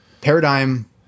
paradigm